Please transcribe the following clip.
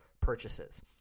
purchases